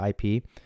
IP